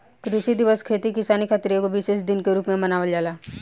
कृषि दिवस खेती किसानी खातिर एगो विशेष दिन के रूप में मनावल जाला